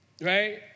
right